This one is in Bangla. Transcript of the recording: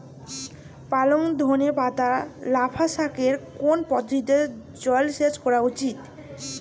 পালং ধনে পাতা লাফা শাকে কোন পদ্ধতিতে জল সেচ করা উচিৎ?